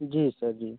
जी sir जी